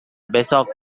besok